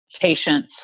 patience